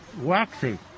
waxy